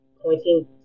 pointing